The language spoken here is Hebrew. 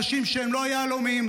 אנשים שהם לא יהלומים,